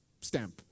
stamp